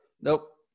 Nope